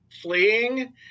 fleeing